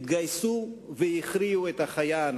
התגייסו והכריעו את החיה הנאצית.